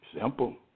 Simple